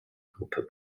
gruppen